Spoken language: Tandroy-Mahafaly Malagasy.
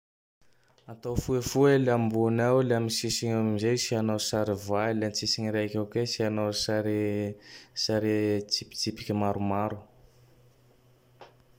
Atao foifoy le ambony eo. Le am sisigny amizay asinao sary Voavy. Le antsisigny raike eo ke asinao sary sary tsipitsipike maromaro.